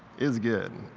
it's good,